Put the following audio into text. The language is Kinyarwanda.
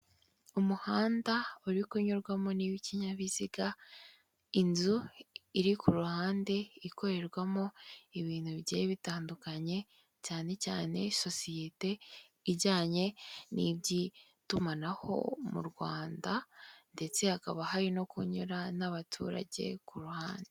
Umuhanda uri kunyurwamo n'ikinyabiziga. Inzu iri ku ruhande ikorerwamo ibintu bigiye bitandukanye cyane cyane sosiyete ijyanye n'iby'itumanaho mu rwanda ndetse hakaba hari no kunyura n'abaturage ku ruhande.